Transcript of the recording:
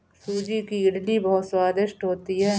सूजी की इडली बहुत स्वादिष्ट होती है